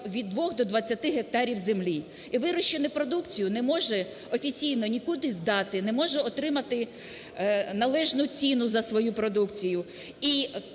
від 2 до 20 гектарів землі, і вирощену продукцію не може офіційні нікуди здати, не може отримати належну ціну за свою продукцію,